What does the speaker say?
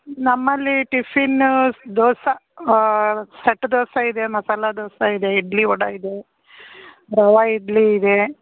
ನಮ್ಮಲ್ಲಿ tiffin dosa set dosa ಇದೆ ಮಸಾಲ ದೋಸಾ ಇದೆ ಇಡ್ಲಿ ವಡಾ ಇದೆ ರವಾ ಇಡ್ಲಿ ಇದೆ